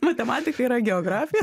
matematika yra geografija